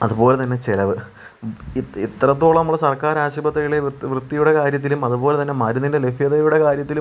അതുപോലെ തന്നെ ചിലവു ഇ ഇത്രത്തോളം നമ്മൾ സർക്കാർ ആശുപത്രികളിൽ വൃത്ത് വൃത്തിയുടെ കാര്യത്തിലും അതുപോലെ തന്നെ മരുന്നിൻ്റെ ലഭ്യതയുടെ കാര്യത്തിലും